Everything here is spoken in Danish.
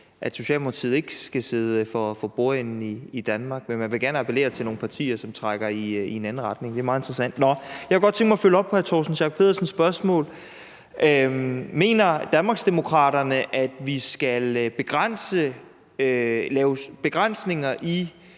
at Socialdemokratiet ikke skal sidde for bordenden i Danmark, men at man gerne vil appellere til nogle partier i en anden retning. Det er meget interessant. Nå. Jeg kunne godt tænke mig at følge op på hr. Torsten Schack Pedersens spørgsmål. Mener Danmarksdemokraterne, at vi skal lave begrænsninger i